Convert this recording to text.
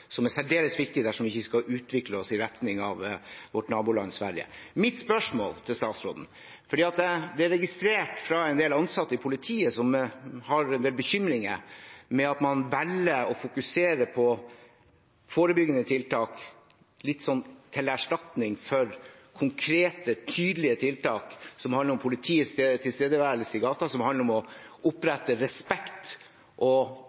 er særdeles viktig dersom vi ikke skal utvikle oss i retning av vårt naboland Sverige. Mitt spørsmål til statsråden gjelder dette: Det er registrert at en del ansatte i politiet har bekymringer fordi man velger å fokusere på forebyggende tiltak til erstatning for konkrete, tydelige tiltak som har med politiets tilstedeværelse i gaten, med å opprette respekt og tydelighet fra politiet om hvem som faktisk styrer, å